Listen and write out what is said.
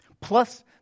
Plus